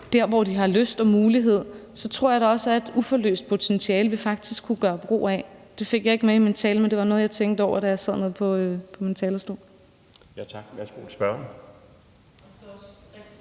der, hvor de har lyst og mulighed, så tror jeg da også, at der er et uforløst potentiale, vi faktisk kunne gøre brug af. Det fik jeg ikke med i min tale, men det var noget, jeg tænkte over, da jeg sad nede på min plads. Kl. 17:02 Den fg. formand